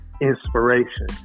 inspiration